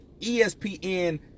ESPN